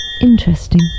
Interesting